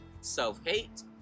self-hate